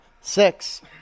six